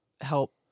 help